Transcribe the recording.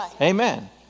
Amen